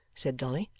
said dolly.